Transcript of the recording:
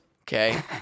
okay